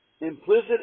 implicit